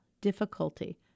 difficulty